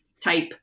type